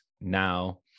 now